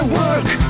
work